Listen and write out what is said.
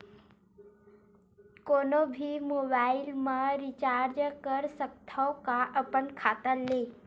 कोनो भी मोबाइल मा रिचार्ज कर सकथव का अपन खाता ले?